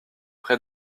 près